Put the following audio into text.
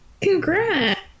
congrats